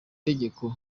tegeko